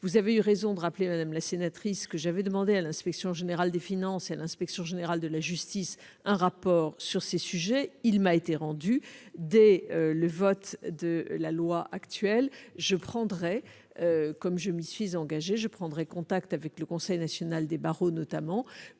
Vous avez eu raison de rappeler, madame la sénatrice, que j'avais demandé à l'Inspection générale des finances et à l'Inspection générale de la justice un rapport sur ces sujets. Il m'a été rendu. Dès le vote de la future loi, je prendrai, comme je m'y suis engagée, contact notamment avec le Conseil national des barreaux pour